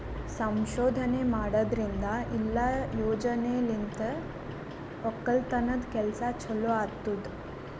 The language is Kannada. ಸಂಶೋಧನೆ ಮಾಡದ್ರಿಂದ ಇಲ್ಲಾ ಯೋಜನೆಲಿಂತ್ ಒಕ್ಕಲತನದ್ ಕೆಲಸ ಚಲೋ ಆತ್ತುದ್